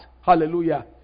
Hallelujah